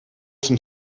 zum